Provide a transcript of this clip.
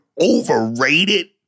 overrated